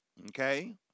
Okay